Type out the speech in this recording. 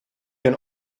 can